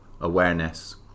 awareness